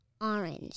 Orange